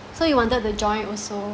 so you wanted to join also